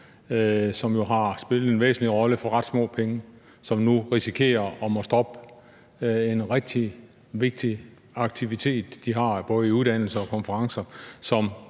jo har spillet en væsentlig rolle for ret små penge, og som nu risikerer at måtte stoppe en rigtig vigtig aktivitet med hensyn til uddannelse og konferencer,